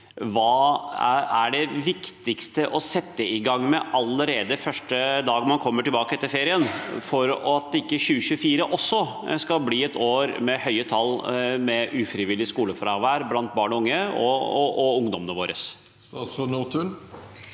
hva det viktigste er å sette i gang med allerede første dag man kommer tilbake etter ferien, for at ikke også 2024 skal bli et år med høye tall for ufrivillig skolefravær blant barn og unge og blant ungdommene våre. Statsråd Kari